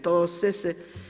To sve se…